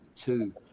two